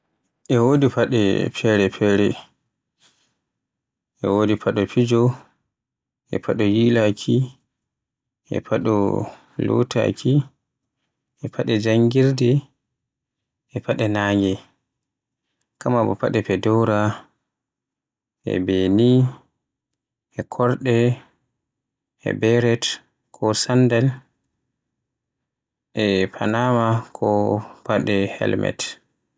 E wodi faɗe fere-fere, e wodi faɗe fijo, e faɗe yilaaki, e faɗe lotaaki, e faɗe janngirde, e faɗe nange. Kamaa ba faɗe Fedora, e Beanie, e korɗe, e beret ko sandal, Panama ko faɗe Helmet.